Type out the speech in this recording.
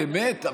באמת.